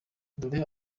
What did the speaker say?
dore